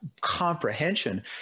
comprehension